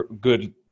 good